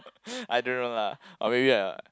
I don't know lah or maybe a